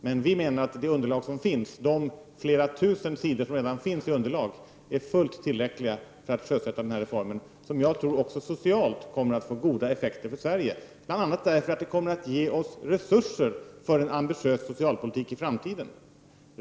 Men vi menar att de flera tusen sidor som finns redan innan beslut fattas är fullt tillräckliga för att vi skall kunna sjösätta reformen, som jag tror kommer att få goda effekter för Sverige även på det sociala planet— bl.a. genom att ge oss resurser för en ambitiös socialpolitik i framtiden.